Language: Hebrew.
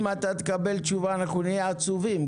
אם אתה תקבל תשובה אנחנו נהיה עצובים,